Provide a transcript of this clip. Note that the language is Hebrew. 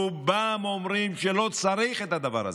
רובם אומרים שלא צריך את הדבר הזה,